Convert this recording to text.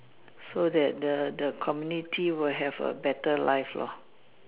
so that the the community will have a better life lah